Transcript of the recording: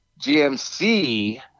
GMC